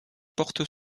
portent